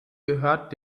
gehört